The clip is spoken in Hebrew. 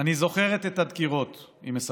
אני זוכרת את הדקירות, היא מספרת.